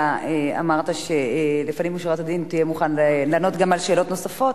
אתה אמרת שלפנים משורת הדין תהיה מוכן לענות גם על שאלות נוספות.